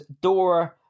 Dora